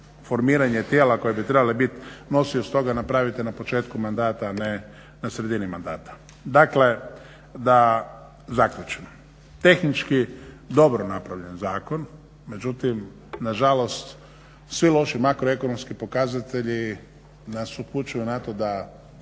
formiranje tijela koje bi trebalo biti nosioc toga napravite na početku mandata, a ne na sredini mandata. Dakle, da zaključim tehnički dobro napravljen zakon, međutim nažalost svi loši makroekonomski pokazatelji nas upućuju na to da